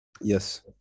Yes